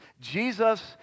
Jesus